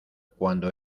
cuando